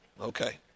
Okay